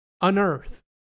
Unearth